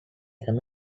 come